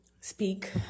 speak